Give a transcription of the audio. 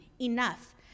Enough